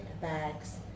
bags